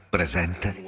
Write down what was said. Presente